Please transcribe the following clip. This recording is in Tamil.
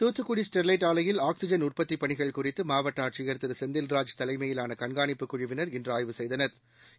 தூத்துக்குடி ஸ்டெர்லைட் ஆலையில் ஆக்சிஜன் உற்பத்தி பணிகள் குறித்து மாவட்ட ஆட்சியர் திரு செந்தில்ராஜ் தலைமையிலான கண்காணிப்பு குழுவினா் இன்று ஆய்வு செய்தனா்